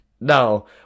No